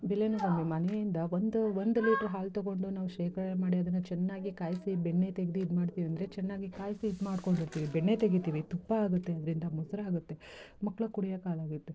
ಬೆಲೆಯೂ ಕಮ್ಮಿ ಮನೆಯಿಂದ ಒಂದು ಒಂದು ಲೀಟ್ರು ಹಾಲು ತಗೊಂಡು ನಾವು ಶೇಖರಣೆ ಮಾಡಿ ಅದನ್ನು ಚೆನ್ನಾಗಿ ಕಾಯಿಸಿ ಬೆಣ್ಣೆ ತೆಗೆದು ಇದು ಮಾಡ್ತೀವೆಂದರೆ ಚೆನ್ನಾಗಿ ಕಾಯಿಸಿ ಇದು ಮಾಡಿಕೊಂಡಿರ್ತೀವಿ ಬೆಣ್ಣೆ ತೆಗಿತೀವಿ ತುಪ್ಪ ಆಗುತ್ತೆ ಅದರಿಂದ ಮೊಸ್ರು ಆಗುತ್ತೆ ಮಕ್ಳು ಕುಡಿಯೋಕೆ ಹಾಲಾಗುತ್ತೆ